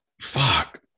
Fuck